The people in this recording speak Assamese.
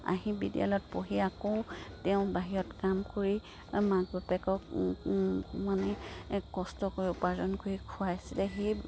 আহি বিদ্যালয়ত পঢ়ি আকৌ তেওঁ বাহিৰত কাম কৰি মাক বপেক মানে কষ্ট কৰি উপাৰ্জন কৰি খুৱাইছিলে সেই